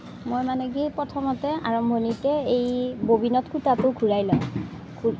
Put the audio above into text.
মই মানে কি প্ৰথমতে আৰম্ভণিতে এই ববিনত সূতাটো ঘূৰাই লওঁ